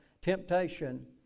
Temptation